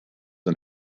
and